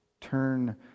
turn